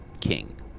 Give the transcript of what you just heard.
King